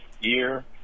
year